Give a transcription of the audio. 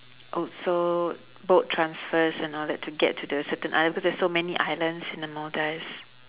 also boat transfers and all that to get to the certain isl~ because there's so many islands in the maldives